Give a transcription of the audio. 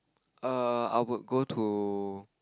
err I would go to